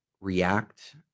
react